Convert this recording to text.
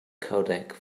codec